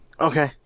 Okay